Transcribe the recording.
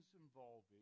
involving